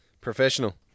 Professional